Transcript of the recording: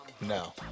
No